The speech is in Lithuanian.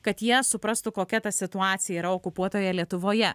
kad jie suprastų kokia ta situacija yra okupuotoje lietuvoje